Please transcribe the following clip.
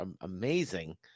amazing